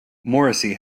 morrissey